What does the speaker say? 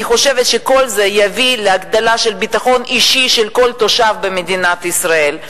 אני חושבת שכל זה יביא להגדלת הביטחון האישי של כל תושב במדינת ישראל.